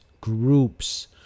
groups